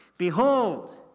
Behold